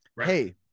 Hey